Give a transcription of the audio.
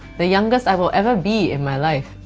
the youngest i will ever be in my life,